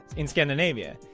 in scandinavia.